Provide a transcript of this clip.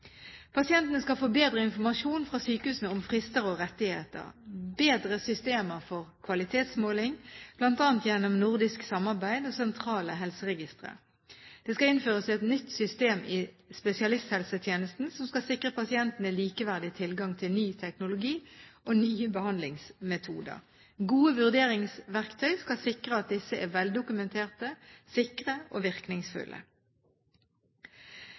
Pasientene skal få bedre informasjon fra sykehusene om frister og rettigheter. Vi skal få bedre systemer for kvalitetsmåling, bl.a. gjennom nordisk samarbeid og sentrale helseregistre. Det skal innføres et nytt system i spesialisthelsetjenesten som skal sikre pasientene likeverdig tilgang til ny teknologi og nye behandlingsmetoder. Gode vurderingsverktøy skal sikre at disse er veldokumenterte, sikre og virkningsfulle.